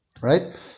Right